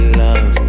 love